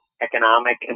economic